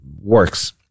works